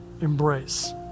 embrace